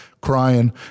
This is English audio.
crying